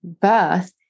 birth